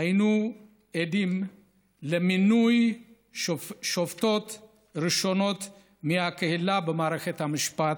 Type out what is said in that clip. היינו עדים למינוי שופטות ראשונות מהקהילה במערכת המשפט.